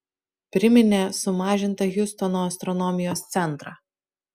priminė sumažintą hjustono astronomijos centrą